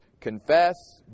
confess